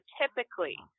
typically